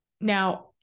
Now